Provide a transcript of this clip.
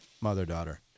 mother-daughter